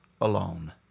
alone